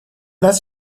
нас